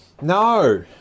no